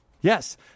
Yes